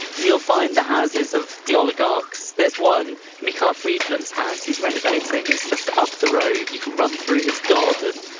you'll find the houses of the oligarchs. there's one mikhail friedman's house, he's renovating is just up the road. you can run through his garden.